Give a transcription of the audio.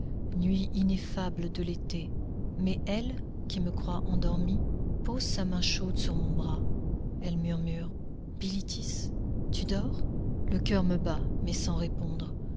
nuits ineffables de l'été mais elle qui me croit endormie pose sa main chaude sur mon bras elle murmure bilitis tu dors le coeur me bat mais sans répondre